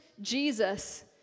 Jesus